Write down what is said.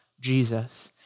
Jesus